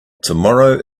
tomorrow